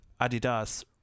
Adidas